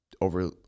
over